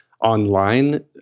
online